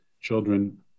children